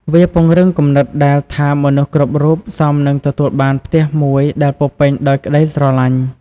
វាពង្រឹងគំនិតដែលថាមនុស្សគ្រប់រូបសមនឹងទទួលបានផ្ទះមួយដែលពោរពេញដោយក្ដីស្រឡាញ់។